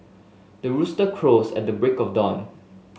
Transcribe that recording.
the rooster crows at the break of dawn